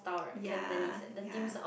ya ya